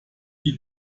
die